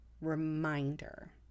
reminder